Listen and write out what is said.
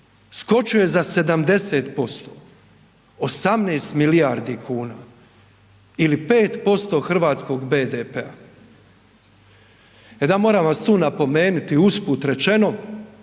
skočio je za 70%, 18 milijardi kuna ili 5% hrvatskog BDP-a. E da, moram vas tu napomenuti, usput rečeno,